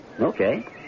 okay